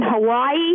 Hawaii